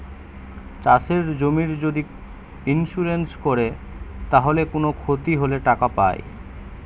চাষের জমির যদি ইন্সুরেন্স কোরে তাইলে কুনো ক্ষতি হলে টাকা পায়